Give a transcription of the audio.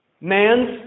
Man's